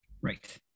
Right